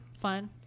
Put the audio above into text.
fun